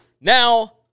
Now